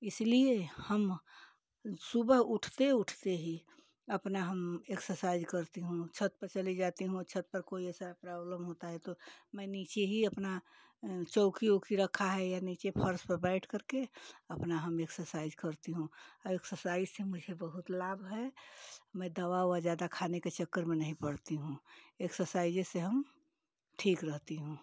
इसलिए हम सुबह उठते उठते ही अपना हम एक्सरसाइज करती हूँ छत पर चली जाती हूँ छत पर कोई ऐसा प्रॉब्लम होता है तो मैं नीचे ही अपना चौकी वौखी रखा है या नीचे फर्श पर बैठ कर के अपना हम एक्सरसाइज करती हूँ एक्सरसाइज से मुझे बहुत लाभ है मैं दवा ववा ज्यादा खाने के चक्कर में नहीं पड़ती हूँ एक्सरसाइज ही से हम ठीक रहती हूँ